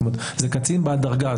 זאת אומרת, זה קצין בעל דרגה.